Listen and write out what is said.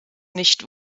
nicht